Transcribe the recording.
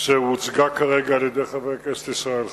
שהוצגה כרגע על-ידי חבר הכנסת ישראל חסון,